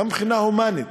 גם בחינה הומנית,